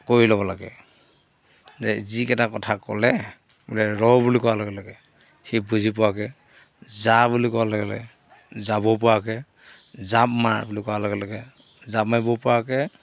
কৰি ল'ব লাগে যে যিকেইটা কথা ক'লে বোলে ৰহ বুলি কোৱাৰ লগে লগে সি বুজি পোৱাকৈ যা বুলি কোৱাৰ লগে লগে যাব পৰাকৈ জাঁপ মাৰ বুলি কোৱাৰ লগে লগে জাঁপ মাৰিব পৰাকৈ